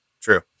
True